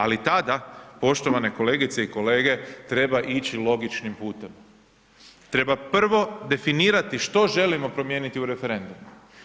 Ali tada, poštovane kolegice i kolege treba ići logičnim putem, treba prvo definirati što trebamo promijeniti u referendumu.